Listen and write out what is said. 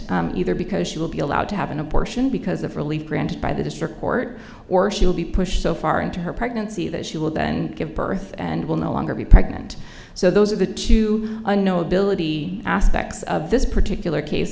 pregnant either because she will be allowed to have an abortion because of relief by the district court or she will be pushed so far into her pregnancy that she will then give birth and will no longer be pregnant so those are the two unknowability aspects of this particular case